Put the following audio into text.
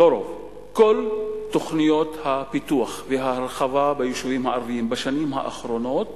כל תוכניות הפיתוח וההרחבה ביישובים הערביים בשנים האחרונות